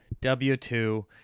W-2